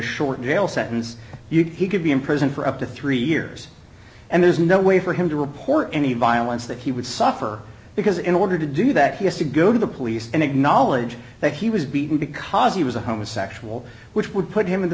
short jail sentence he could be in prison for up to three years and there's no way for him to report any violence that he would suffer because in order to do that he has to go to the police and acknowledge that he was beaten because he was a homosexual which would put him in the